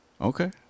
Okay